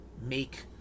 make